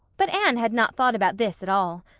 but anne had not thought about this at all.